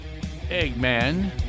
Eggman